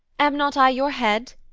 am not i your head?